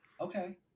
Okay